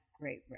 great